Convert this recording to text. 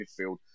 midfield